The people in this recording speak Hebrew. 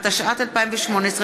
התשע"ט 2018,